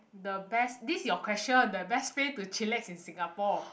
the best this your question the best place to chillax in singapore